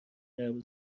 درب